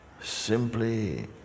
Simply